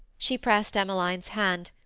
she pressed emmeline's hand,